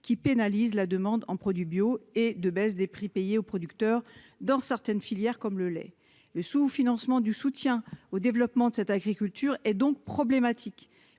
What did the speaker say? qui pénalisent la demande en produits bio et de baisse des prix payés aux producteurs dans certaines filières, comme le lait, le sous-financement du soutien au développement de cette agriculture et donc problématique